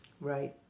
Right